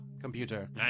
Computer